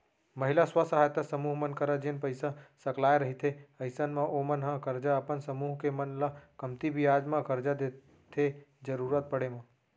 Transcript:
महिला स्व सहायता समूह मन करा जेन पइसा सकलाय रहिथे अइसन म ओमन ह करजा अपन समूह के मन ल कमती बियाज म करजा देथे जरुरत पड़े म